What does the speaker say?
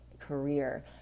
career